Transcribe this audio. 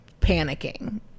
panicking